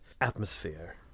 atmosphere